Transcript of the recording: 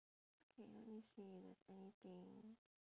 okay let me see if there's anything